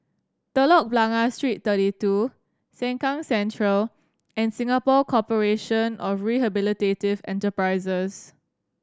Telok Blangah Street Thirty Two Sengkang Central and Singapore Corporation of Rehabilitative Enterprises